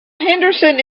henderson